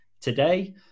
Today